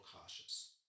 cautious